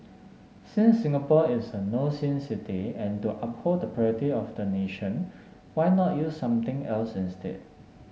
since Singapore is a no sin city and to uphold the purity of the nation why not use something else instead